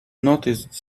noticed